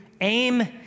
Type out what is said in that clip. Aim